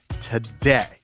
today